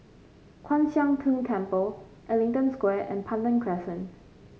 Kwan Siang Tng Temple Ellington Square and Pandan Crescent